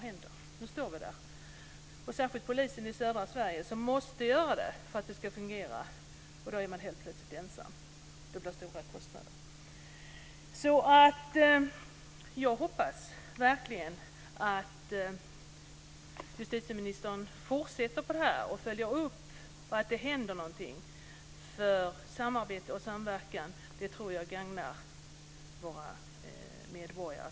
Särskilt polisen i södra Sverige har problem. Man måste göra upphandling av kommunikationssystem för att verksamheten ska fungera. Helt plötsligt är man ensam och det blir stora kostnader. Jag hoppas verkligen att justitieministern följer upp detta och ser till att det händer något, för samarbete och samverkan tror jag gagnar våra medborgare.